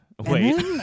Wait